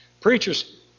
Preachers